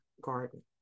garden